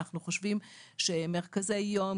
אנחנו חושבים שמרכזי יום,